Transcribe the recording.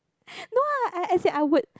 no ah as as in I woudld